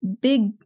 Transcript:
big